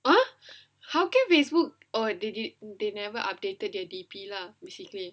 !huh! how can Facebook oh they didn't they never updated their D_P lah basically